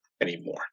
anymore